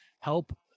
help